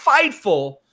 FIGHTFUL